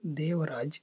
Devaraj